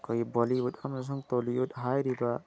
ꯑꯩꯈꯣꯏꯒꯤ ꯕꯣꯂꯤꯋꯨꯠ ꯑꯃꯁꯨꯡ ꯇꯣꯂꯤꯋꯨꯠ ꯍꯥꯏꯔꯤꯕ